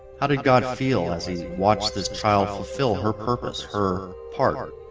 how did god feel as he watched this trial fulfill her purpose her partner